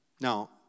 Now